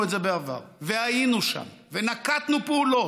את זה בעבר והיינו שם ונקטנו פעולות,